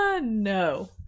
no